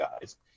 guys